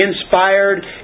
inspired